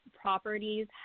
properties